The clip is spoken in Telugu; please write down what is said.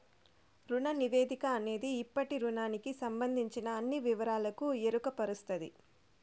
రుణ నివేదిక అనేది ఇప్పటి రుణానికి సంబందించిన అన్ని వివరాలకు ఎరుకపరుస్తది